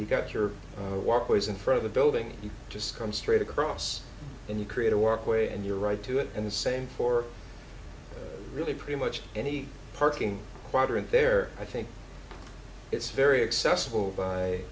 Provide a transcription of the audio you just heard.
you've got your walkways in front of the building you just come straight across and you create a work way and you're right to it and the same for really pretty much any parking quadrant there i think it's very accessible by